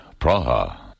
Praha